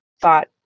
thought